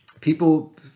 people